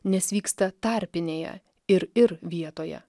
nes vyksta tarpinėje ir ir vietoje